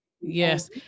Yes